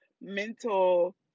mental